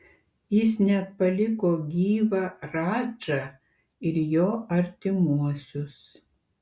jis net paliko gyvą radžą ir jo artimuosius